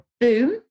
Boom